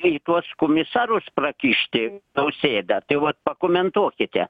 į tuos komisarus prakišti nausėda tai vat pakomentuokite